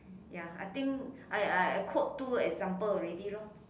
ya I think I I I quote two example already lor